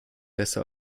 besser